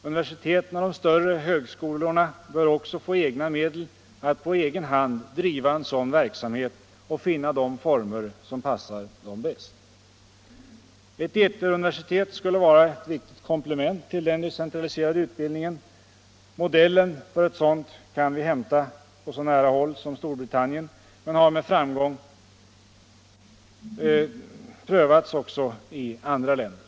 Universiteten och de större högskolorna bör också få egna medel att på egen hand driva en sådan verksamhet och finna de former som passar dem bäst. Ett ”eteruniversitet” skulle vara ett viktigt komplement till den decentraliserade utbildningen. Modellen för ett sådant kan vi hämta på så nära håll som i Storbritannien, men systemet har med framgång prövats också i andra länder.